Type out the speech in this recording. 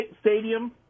Stadium